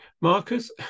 Marcus